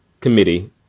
Committee